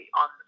on